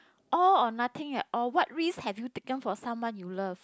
all or nothing on what risk have you taken for someone you love